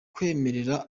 kwemerera